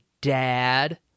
dad